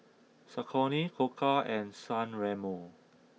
Saucony Koka and San Remo